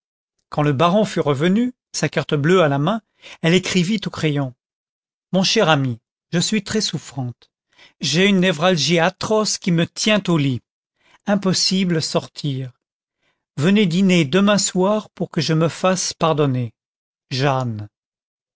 quand le baron fut revenu sa carte bleue à la main elle écrivit au crayon mon cher ami je suis très souffrante j'ai une névralgie atroce qui me tient au lit impossible sortir venez dîner demain soir pour que je me fasse pardonner jeanne